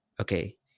Okay